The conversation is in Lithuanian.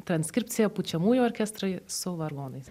transkripcija pučiamųjų orkestrui su vargonais